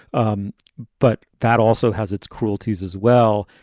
um but that also has its cruelties as well.